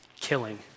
killing